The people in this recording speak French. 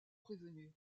prévenue